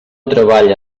treballa